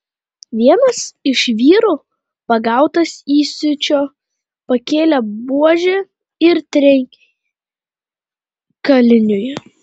vienas iš vyrų pagautas įsiūčio pakėlė buožę ir trenkė kaliniui